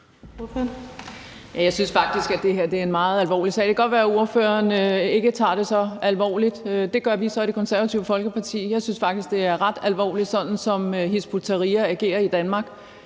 Jeg synes faktisk, at det her er en meget alvorlig sag. Det kan godt være, at spørgeren ikke tager det så alvorligt. Det gør vi så i Det Konservative Folkeparti. Jeg synes faktisk, at det er ret alvorligt, sådan som Hizb ut-Tahrir agerer i Danmark.